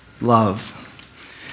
love